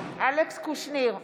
אלכס קושניר,